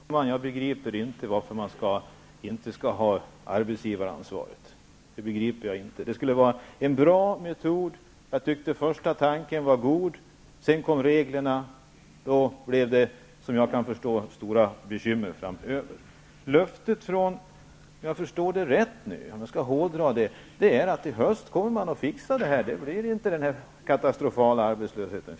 Herr talman! Jag begriper inte varför man inte skall ha arbetsgivaransvaret. Det skulle vara en bra metod. Jag tyckte först att tanken var god. Sedan kom reglerna och då blev det, såvitt jag förstår, stora bekymmer. Löftet innebär, om jag förstår det rätt och om jag skall hårdra det, att man i höst kommer att fixa detta, att det inte blir den här katastrofala arbetslösheten.